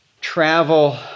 travel